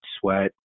sweat